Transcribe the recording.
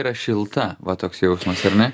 yra šilta va toks jausmas ar ne